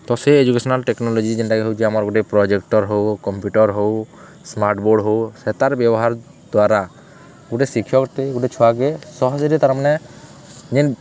ତ ସେ educational technology ଯେନ୍ଟାକି ହେଉଛେ ଆମର୍ ଗୁଟେ ପ୍ରୋଜେକ୍ଟର୍ ହେଉ କମ୍ପ୍ୟୁଟର୍ ହେଉ ସ୍ମାର୍ଟବୋର୍ଡ଼ ହେଉ ସେ ତା'ର୍ ବ୍ୟବହାର୍ ଦ୍ୱାରା ଗୁଟେ ଶିକ୍ଷକ ତ ଗୁଟେ ଛୁଆକେ ସହଜ୍ରେ ତା'ର୍ ମାନେ ଯେନ୍